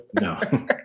No